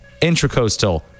Intracoastal